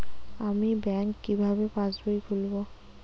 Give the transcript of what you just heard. আমি ব্যাঙ্ক কিভাবে পাশবই খুলব?